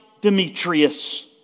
Demetrius